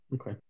Okay